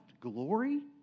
glory